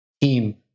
team